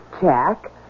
Jack